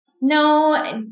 No